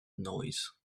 noise